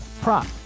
prop